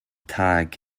tag